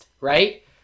Right